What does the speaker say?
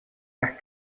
las